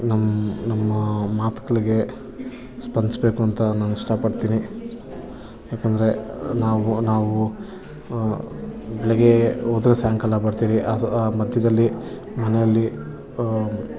ನಮ್ಮ ನಮ್ಮ ಮಾತ್ಗಳಿಗೆ ಸ್ಪಂದಿಸ್ಬೇಕುಂತ ನಾನು ಇಷ್ಟಪಡ್ತೀನಿ ಯಾಕಂದರೆ ನಾವು ನಾವು ಬೆಳಿಗ್ಗೆ ಹೋದರೆ ಸಾಯಂಕಾಲ ಬರ್ತೀವಿ ಅದು ಮಧ್ಯದಲ್ಲಿ ಮನೆಯಲ್ಲಿ